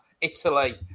Italy